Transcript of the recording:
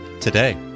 today